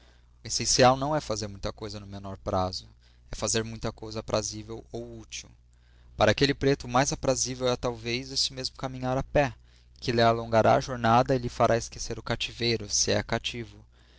essencial não é fazer muita coisa no menor prazo é fazer muita coisa aprazível ou útil para aquele preto o mais aprazível é talvez esse mesmo caminhar a pé que lhe alongará a jornada e lhe fará esquecer o cativeiro se é cativo